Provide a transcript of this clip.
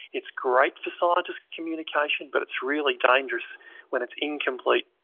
it's great for scientists' communication but it's really dangerous when it's incomplete,